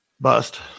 Bust